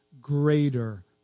greater